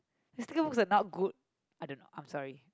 sticker books are not good I don't know I'm sorry